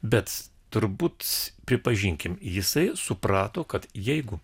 bet turbūt pripažinkim jisai suprato kad jeigu